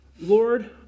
Lord